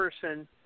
person